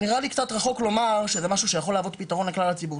נראה לי קצת רחוק לומר שזה משהו שיכול להוות פתרון לכלל הציבור,